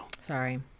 Sorry